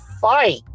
fight